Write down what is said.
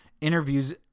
Interviews